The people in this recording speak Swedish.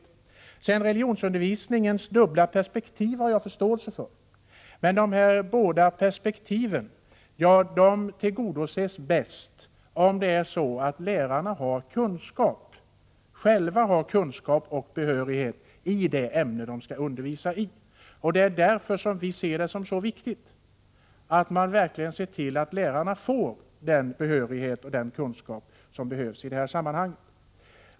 Jag har förståelse för religionsundervisningens dubbla perspektiv, men de båda perspektiv statsrådet talade om tillgodoses bäst om lärarna har kunskap och behörighet i det ämne de skall undervisa i. Det är därför som vi ser det som så viktigt att man verkligen ser till att lärarna får den behörighet och den kunskap som behövs i det här sammanhanget.